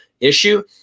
issue